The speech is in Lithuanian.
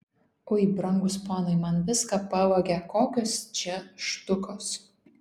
ui brangūs ponai man viską pavogė kokios čia štukos